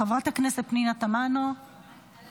חברת הכנסת פנינה תמנו, את